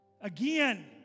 again